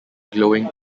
glowing